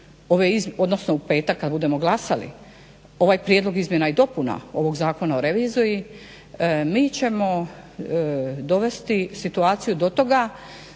odnosno u petak kada budemo glasali ovaj prijedlog izmjena i dopuna ovog Zakona o reviziji, mi ćemo dovesti situaciju do toga